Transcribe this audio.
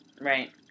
Right